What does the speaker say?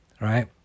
right